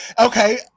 Okay